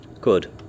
Good